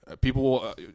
people